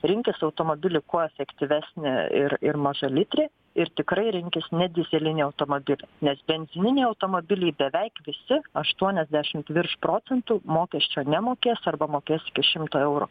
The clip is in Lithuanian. rinkis automobilį kuo efektyvesnį ir ir mažalitrį ir tikrai rinkis ne dyzelinį automobilį nes benzininiai automobiliai beveik visi aštuoniasdešimt virš procentų mokesčio nemokės arba mokės šimto eurų